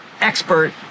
expert